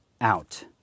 out